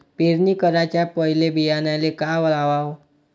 पेरणी कराच्या पयले बियान्याले का लावाव?